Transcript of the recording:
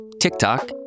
TikTok